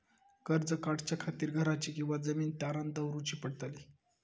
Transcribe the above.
कर्ज काढच्या खातीर घराची किंवा जमीन तारण दवरूची पडतली?